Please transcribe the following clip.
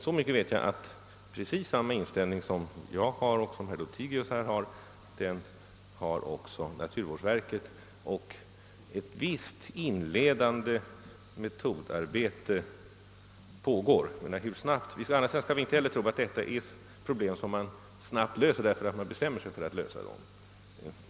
Så mycket vet jag dock, att precis samma inställning som jag har, och som herr Lothigius här har, den har också naturvårdsverket. Ett visst inledande metodarbete pågår, men jag kan inte säga hur snabbt det kan bli klart. Å andra sidan skall vi naturligtvis inte heller tro att dessa problem är sådana som man snabbt kan lösa bara därför att man bestämt sig för att lösa dem.